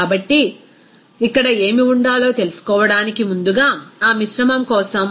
కాబట్టి ఇక్కడ ఏమి ఉండాలో తెలుసుకోవడానికి ముందుగా ఆ మిశ్రమం కోసం Tc